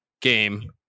game